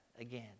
again